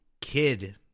kid